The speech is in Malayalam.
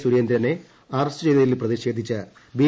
സുരേന്ദ്രനെ അറസ്റ്റ് ചെയ്തതിൽ പ്രതിഷേധിച്ച് ബി